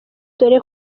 dore